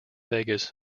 vegas